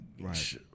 Right